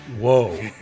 Whoa